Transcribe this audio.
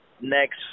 next